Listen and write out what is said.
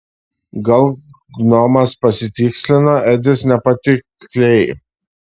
gal gnomas pasitikslino edis nepatikliai